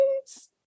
please